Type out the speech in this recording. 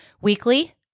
weekly